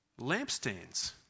lampstands